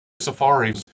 Safari's